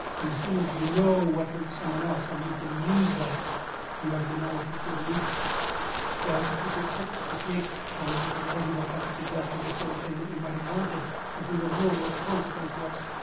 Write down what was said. and as soon as you know what hurts someone else and you can use that you have the knowledge of good and evil well it's a pretty good trick that the snake code because it doesn't look like it's exactly the sort of thing that we might have? wanted if we would have known what the consequence was?